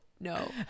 no